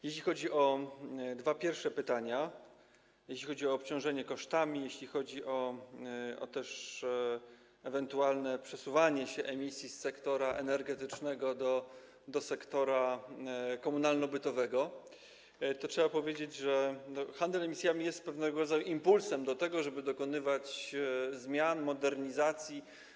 Jeśli chodzi o dwa pierwsze pytania, o obciążenie kosztami, też o ewentualne przesuwanie się emisji z sektora energetycznego do sektora komunalno-bytowego, to trzeba powiedzieć, że handel emisjami jest pewnego rodzaju impulsem do tego, żeby dokonywać zmian, modernizacji.